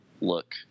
look